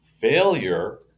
failure